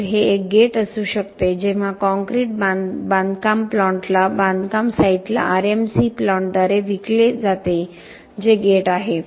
तर हे एक गेट असू शकते जेव्हा काँक्रीट बांधकाम प्लांटला बांधकाम साइटला RMC प्लांटद्वारे विकले जाते जे गेट आहे